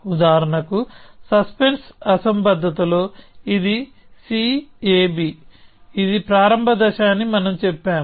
ఉదాహరణకు సస్పెన్స్ అసంబద్ధతలో ఇది C ab ఇది ప్రారంభ దశ అని మనం చెప్పాము